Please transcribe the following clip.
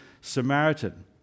Samaritan